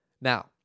Now